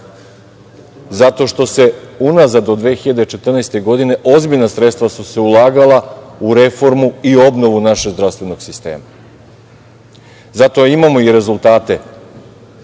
zato što se unazad od 2014. godine ozbiljna sredstva su se ulagala u reformu i obnovu našeg zdravstvenog sistema. Zato imamo i rezultate